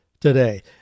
today